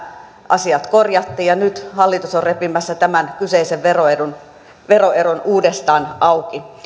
asiat korjattiin ja nyt hallitus on repimässä tämän kyseisen veroedun uudestaan auki